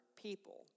people